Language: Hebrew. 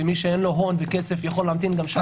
ומי שאין לו כסף ואין לו הון או כסף יכול להמתין גם שעתיים.